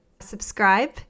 subscribe